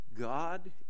God